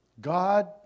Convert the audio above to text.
God